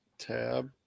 Tab